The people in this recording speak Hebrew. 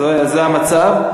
זה המצב.